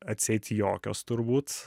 atseit jokios turbūt